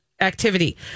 activity